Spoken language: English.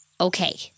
Okay